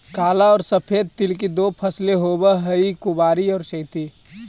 काला और सफेद तिल की दो फसलें होवअ हई कुवारी और चैती